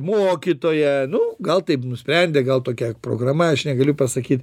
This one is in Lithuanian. mokytoja nu gal taip nusprendė gal tokia programa aš negaliu pasakyt